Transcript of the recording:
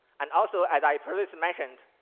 and also, as i previously mentioned,